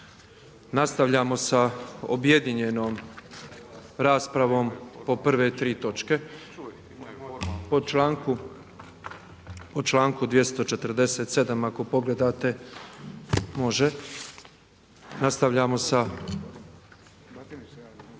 nastavljamo sa objedinjenom po prve tri točke, po članku 247. ako pogledate. Nastavljamo sa